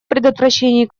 предотвращении